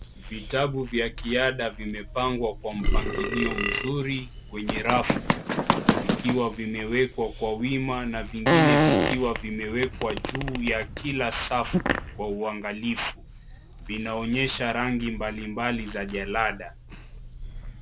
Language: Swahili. Vitabu vya kiada vimepangwa kwa mpangilio mzuri kwenye rafu vikiwa vimewekwa kwa wima na vingine vikiwa vimewekwa juu ya kila safu kwa uangalifu vinaonyesha rangi mbali mbali za jalada.